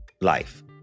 life